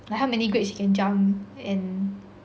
like how many grades she can jump and